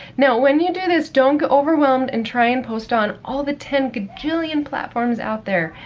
now, when you do this, don't get overwhelmed and try and post on all the ten gajillion platforms out there.